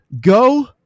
Go